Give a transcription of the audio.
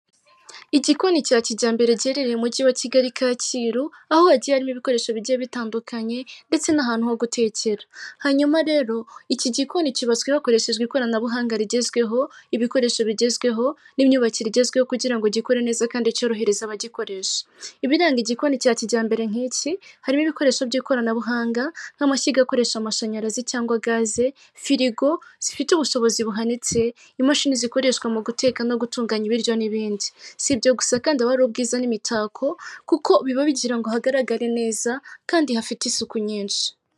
Igikoni cya kijyambere giherereye mu mujyi wa kigali kacyiru aho hagiye harimo ibikoresho bijye bitandukanye ndetse n'ahantu ho gutekera hanyuma rero iki gikoni cyubatswe hakoreshejwe ikoranabuhanga rigezweho ibikoresho bigezweho n'imyubakire igezweho kugira ngo gikore neza kandi cyorohereza abagikoresha ibiranga igikoni cya kijyambere nk'iki harimo ibikoresho by'ikoranabuhanga nk'amashyiga akoresha amashanyarazi cyangwa gaze, firigo zifite ubushobozi buhanitse imashini zikoreshwa mu guteka no gutunganya ibiryo n'ibindi si ibyo gusa kandi hari ubwiza n'imitako kuko biba bigira ngo hagaragare neza kandi hafite isuku nyinshi.